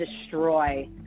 destroy